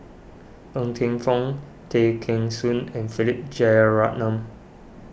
Ng Teng Fong Tay Kheng Soon and Philip Jeyaretnam